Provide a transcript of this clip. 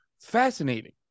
fascinating